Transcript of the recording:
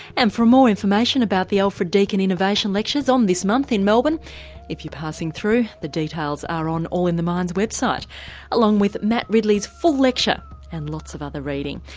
and for more information about the alfred deakin innovation lectures, on this month in melbourne if you're passing through, the details are on all in the mind's website along with matt ridley's full lecture and lots of other reading.